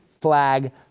flag